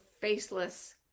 faceless